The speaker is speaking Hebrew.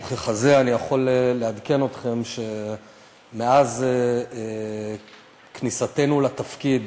וככזה אני יכול לעדכן אתכם שמאז כניסתנו לתפקיד